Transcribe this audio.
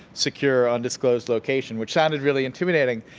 secure, undisclosed location. which sounded really intimidating,